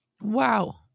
Wow